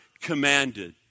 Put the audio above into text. commanded